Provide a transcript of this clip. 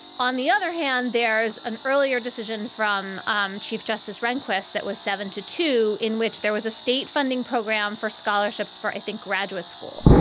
on the other hand, there's an earlier decision from um chief justice rehnquist that was seven to two in which there was a state funding program for scholarships for, i think, graduate school.